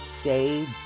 stay